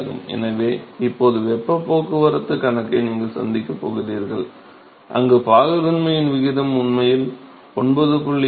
எனவே இப்போது வெப்பப் போக்குவரத்துச் கணக்கை நீங்கள் சந்திக்கப் போகிறீர்கள் அங்கு பாகுத்தன்மையின் விகிதம் உண்மையில் 9